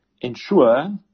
ensure